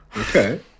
Okay